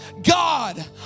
God